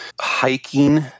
hiking